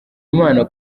imana